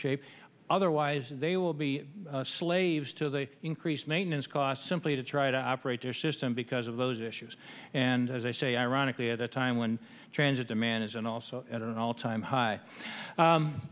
shape otherwise they will be slaves to the increased maintenance costs simply to try to operate their system because of those issues and as i say ironically at a time when transit demand isn't also at an all time high